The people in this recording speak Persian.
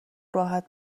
راحت